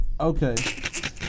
Okay